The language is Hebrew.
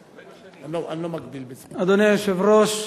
את, אדוני היושב-ראש,